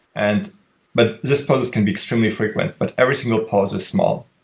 and but this pause can be extremely frequent, but every single pause is small.